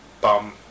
Bum